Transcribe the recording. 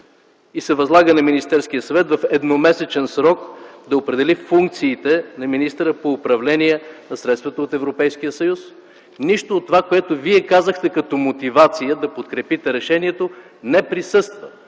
и се възлага на Министерския съвет в едномесечен срок да определи функциите на министъра по управление на средствата от Европейския съюз. Нищо от онова, което казахте като мотивация да подкрепите решението, не присъства